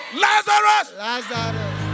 Lazarus